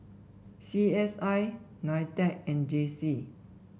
C S I Nitec and J C